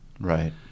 Right